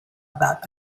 about